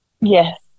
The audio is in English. yes